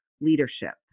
leadership